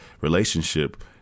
relationship